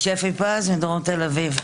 שפי פז, דרום תל אביב.